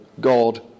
God